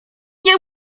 nie